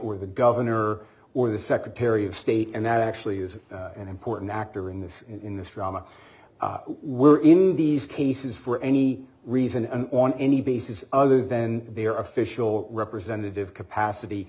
were the governor or the secretary of state and that actually is an important factor in this in this drama we're in these cases for any reason on any basis other than they are official representative capacity